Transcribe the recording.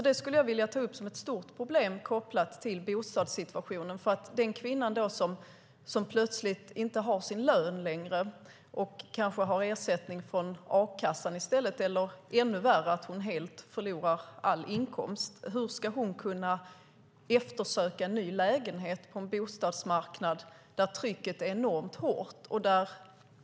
Det skulle jag vilja ta upp som ett stort problem kopplat till bostadssituationen. Den kvinna som plötsligt inte har sin lön utan kanske i stället ersättning från a-kassan, eller ännu värre att hon helt förlorar all inkomst, hur ska hon kunna eftersöka en ny lägenhet på en bostadsmarknad där trycket är enormt hårt?